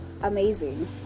amazing